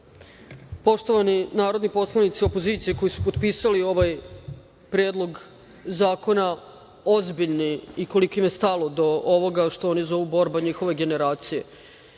poštovani narodi poslanici opozicije koji su potpisali ovaj predlog zakona ozbiljni i koliko im je stalo do ovoga što oni zovu borba njihove generacije. Svako